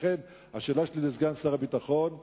לכן השאלה שלי לסגן שר הביטחון היא,